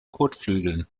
kotflügeln